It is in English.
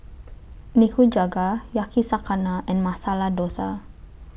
Nikujaga Yakizakana and Masala Dosa